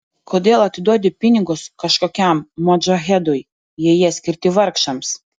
kodėl atiduodi pinigus kažkokiam modžahedui jei jie skirti vargšams